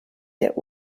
der